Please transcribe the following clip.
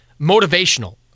motivational